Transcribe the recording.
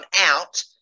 out